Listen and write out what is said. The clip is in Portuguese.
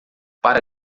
para